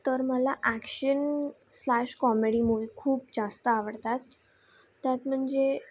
तर मला action slash comedy movie खूप जास्त आवडतात त्यात म्हणजे